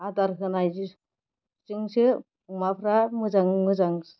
आदार होनायजोंसो अमाफोरा मोजाङै मोजां